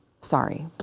Sorry